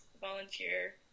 volunteer